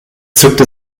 zückte